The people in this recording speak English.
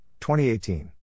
2018